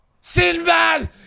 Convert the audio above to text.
Sinbad